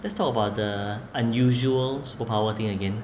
let's talk about the unusual superpower thing again